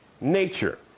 nature